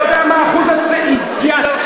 אתה יודע מה אחוז האבטלה בישראל?